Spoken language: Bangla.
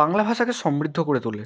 বাংলা ভাষাকে সমৃদ্ধ করে তোলে